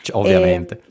ovviamente